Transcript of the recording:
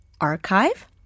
Archive